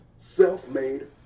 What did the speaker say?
self-made